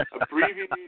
abbreviated